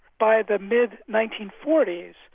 by the mid nineteen forty s,